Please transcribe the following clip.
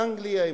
באנגליה,